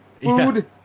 food